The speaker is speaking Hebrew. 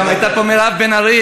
גם הייתה פה מירב בן ארי,